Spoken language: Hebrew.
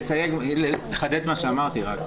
לחדד מה שאמרתי רק,